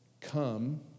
Come